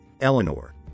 Eleanor